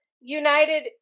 united